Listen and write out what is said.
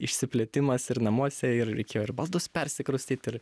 išsiplėtimas ir namuose ir reikėjo ir baldus persikraustyt ir